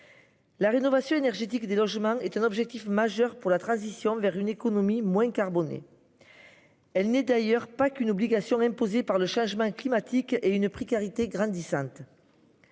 La rénovation énergétique des logements est un objectif majeur pour la transition vers une économie moins carbonée. Elle n'est d'ailleurs pas qu'une obligation imposée par le changement climatique et une précarité grandissante.